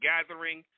Gathering